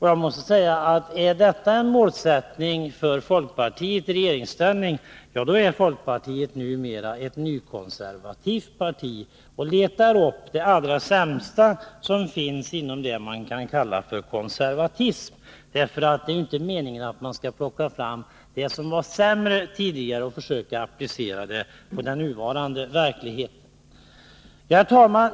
Jag måste säga att är detta en målsättning för folkpartiet i regeringsställning, då är folkpartiet numera ett nykonservativt parti och letar upp det allra sämsta som finns inom det man kan kalla konservatism. Det är inte meningen att plocka fram det som var sämre tidigare och försöka applicera det på den nuvarande verkligheten.